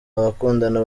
abakundana